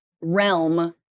realm